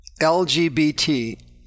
LGBT